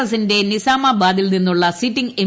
എസ്സിന്റെ നിസ്സാമ ബാദിൽ നിന്നുള്ള സിറ്റിങ് എം